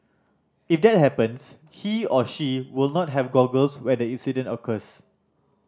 if that happens he or she will not have goggles when the incident occurs